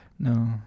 no